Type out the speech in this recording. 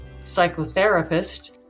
psychotherapist